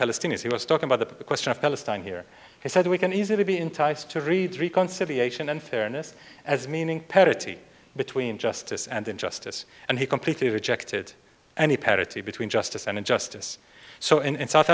palestinians he was talking about the question of palestine here he said we can easily be enticed to read three conciliation unfairness as meaning parity between justice and injustice and he completely rejected any parity between justice and injustice so in south